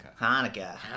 hanukkah